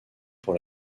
pour